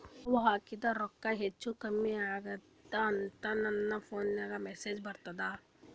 ನಾವ ಹಾಕಿದ ರೊಕ್ಕ ಹೆಚ್ಚು, ಕಮ್ಮಿ ಆಗೆದ ಅಂತ ನನ ಫೋನಿಗ ಮೆಸೇಜ್ ಬರ್ತದ?